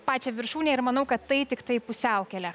pačią viršūnę ir manau kad tai tiktai pusiaukelė